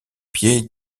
pied